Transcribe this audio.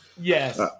Yes